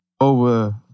over